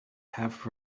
half